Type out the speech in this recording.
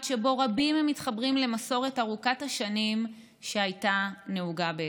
שבו רבים מתחברים למסורת ארוכת השנים שהייתה נהוגה באתיופיה.